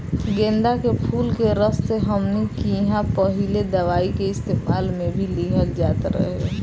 गेन्दा के फुल के रस से हमनी किहां पहिले दवाई के इस्तेमाल मे भी लिहल जात रहे